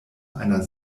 einer